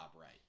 right